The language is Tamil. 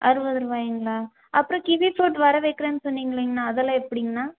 அறுபது ரூபாய்ங்ளா அப்புறம் கிவி ஃபுரூட் வர வைக்கிறேன்னு சொன்னீங்களிங்ண்ணா அதெல்லாம் எப்படிங்ண்ணா